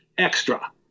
Extra